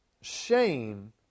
shame